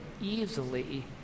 easily